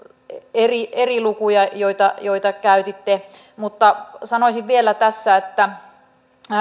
eri eri lukuja joita joita käytitte mutta sanoisin vielä tässä että